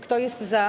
Kto jest za?